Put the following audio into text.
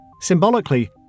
Symbolically